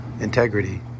integrity